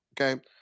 okay